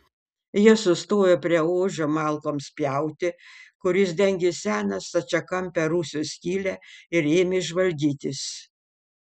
jie sustojo prie ožio malkoms pjauti kuris dengė seną stačiakampę rūsio skylę ir ėmė žvalgytis